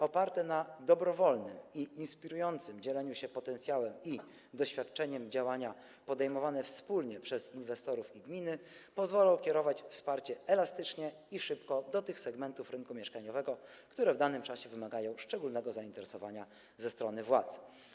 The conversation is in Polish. Oparte na dobrowolnym i inspirującym dzieleniu się potencjałem i doświadczeniem działania podejmowane wspólnie przez inwestorów i gminy pozwolą kierować wsparcie elastycznie i szybko do tych segmentów rynku mieszkaniowego, które w danym czasie wymagają szczególnego zainteresowania ze strony władz.